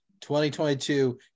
2022